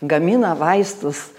gamina vaistus